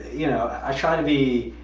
you know. i try to be.